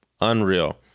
Unreal